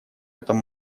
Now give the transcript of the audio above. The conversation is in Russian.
этом